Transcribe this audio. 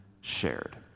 shared